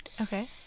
okay